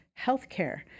healthcare